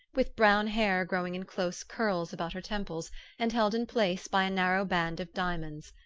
with brown hair growing in close curls about her temples and held in place by a narrow band of diamonds.